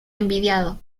envidiado